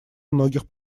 многих